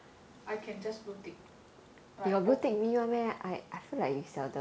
I can just blue tick right